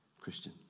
Christian